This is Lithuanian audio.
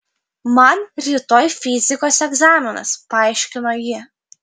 man rytoj fizikos egzaminas paaiškino ji